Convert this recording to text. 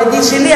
הוא ידיד שלי,